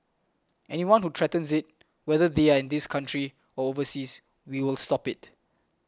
anyone who threatens it whether they are in this country or overseas we will stop it